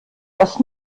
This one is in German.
das